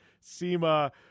SEMA